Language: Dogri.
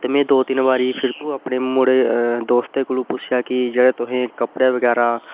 ते में दो तिन्न बारी फिर तूं अपने दोस्तें कोला पुच्छेया कि जेह्ड़ा तुसें कपड़े बगैरा